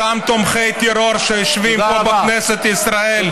אותם תומכי טרור שיושבים פה בכנסת ישראל,